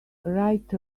right